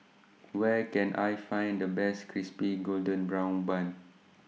Where Can I Find The Best Crispy Golden Brown Bun